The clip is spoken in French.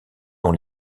dont